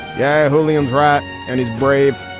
yeah. houlihan's. ah and he's brave.